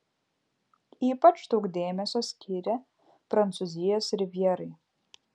ypač daug dėmesio skyrė prancūzijos rivjerai